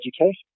education